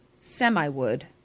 Semi-wood